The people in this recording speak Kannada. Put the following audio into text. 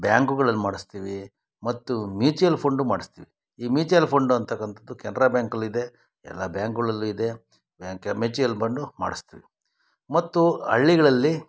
ಬ್ಯಾಂಕುಗಳಲ್ಲಿ ಮಾಡಿಸ್ತೀವಿ ಮತ್ತು ಮ್ಯೂಚುವಲ್ ಫಂಡು ಮಾಡಿಸ್ತೀವಿ ಈ ಮ್ಯೂಚುವಲ್ ಫಂಡ್ ಅನ್ತಕ್ಕಂಥದ್ದು ಕೆನ್ರಾ ಬ್ಯಾಂಕಲ್ಲಿದೆ ಎಲ್ಲ ಬ್ಯಾಂಕ್ಗಳಲ್ಲೂ ಇದೆ ಬ್ಯಾಂಕ್ ಮ್ಯೂಚುವಲ್ ಫಂಡು ಮಾಡಿಸ್ತೀವಿ ಮತ್ತು ಹಳ್ಳಿಗಳಲ್ಲಿ